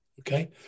okay